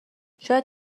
شاید